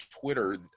twitter